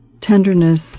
tenderness